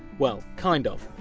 well, kind of.